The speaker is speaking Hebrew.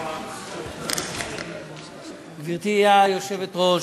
גברתי היושבת-ראש,